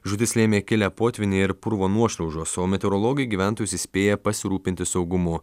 žūtis lėmė kilę potvyniai ir purvo nuošliaužos o meteorologai gyventojus įspėja pasirūpinti saugumu